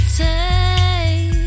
take